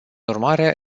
urmare